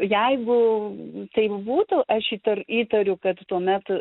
jeigu taip būtų aš įtar įtariu kad tuomet